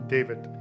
David